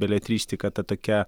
beletristika ta tokia